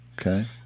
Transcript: Okay